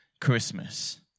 Christmas